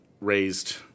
raised